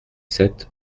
sept